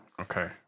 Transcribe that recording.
Okay